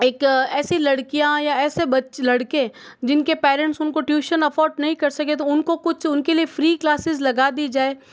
एक ऐसी लड़कियाँ ऐसे बच्चे लड़के जिनके पेरेंट्स उनको ट्यूशन अफोर्ड नहीं कर सके तो उनको कुछ उनके लिए फ़्री क्लासेस लगा दी जाए